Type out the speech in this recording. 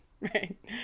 right